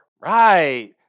right